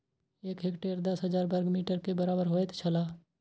एक हेक्टेयर दस हजार वर्ग मीटर के बराबर होयत छला